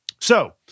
So-